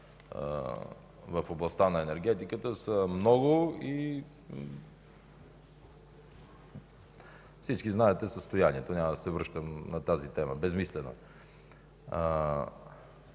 в областта на енергетиката, са много. Всички знаете състоянието, няма да се връщам на тази тема, безсмислено